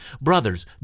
Brothers